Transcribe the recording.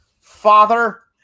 father